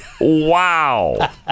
Wow